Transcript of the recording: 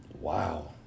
Wow